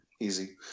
Easy